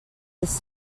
this